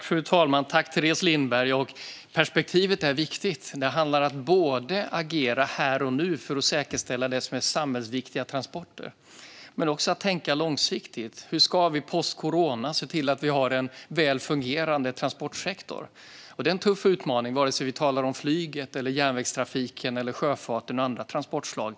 Fru talman! Perspektivet är viktigt - det handlar om att agera här och nu för att säkerställa det som är samhällsviktiga transporter men också om att tänka långsiktigt. Hur ska vi post-corona se till att vi har en väl fungerande transportsektor? Det är en tuff utmaning, vare sig vi talar om flyget, järnvägstrafiken, sjöfarten eller andra transportslag.